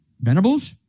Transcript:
venables